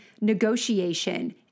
negotiation